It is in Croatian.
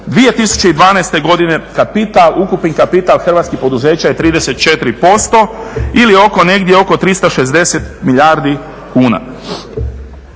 2012. godine ukupni kapital hrvatskih poduzeća je 34% ili negdje oko 360 milijardi kuna.